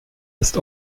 ist